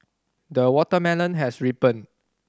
the watermelon has ripened